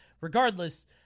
regardless